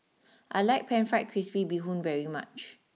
I like Pan Fried Crispy Bee Hoon very much